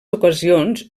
ocasions